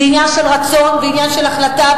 זה עניין של רצון ועניין של החלטה.